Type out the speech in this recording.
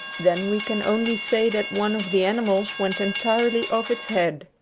then we can only say that one of the animals went entirely off its head.